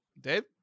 Dave